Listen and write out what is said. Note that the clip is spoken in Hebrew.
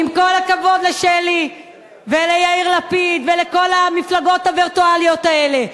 עם כל הכבוד לשלי וליאיר לפיד ולכל המפלגות הווירטואליות האלה,